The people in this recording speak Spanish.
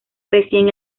reciben